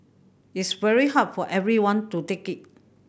it's very hard for everyone to take it